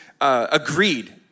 agreed